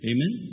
Amen